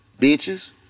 Bitches